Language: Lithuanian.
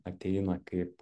ateina kaip